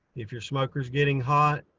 if you're smoker s getting hot,